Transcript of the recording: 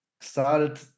started